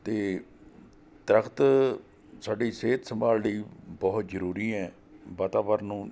ਅਤੇ ਦਰੱਖਤ ਸਾਡੀ ਸਿਹਤ ਸੰਭਾਲ ਲਈ ਬਹੁਤ ਜ਼ਰੂਰੀ ਹੈ ਵਾਤਾਵਰਨ ਨੂੰ